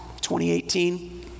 2018